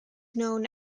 known